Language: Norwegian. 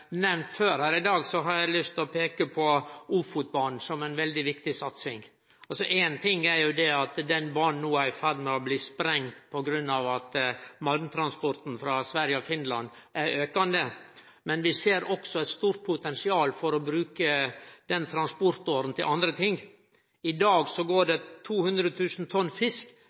før her i dag, har eg lyst til å peike på Ofotbanen som ei veldig viktig satsing. Ein ting er at den banen no er i ferd med å bli sprengd på grunn av at malmtransporten frå Sverige og Finland er aukande, men vi ser også eit stort potensial for å bruke den transportåra til andre ting. I dag går det 200 000 tonn fisk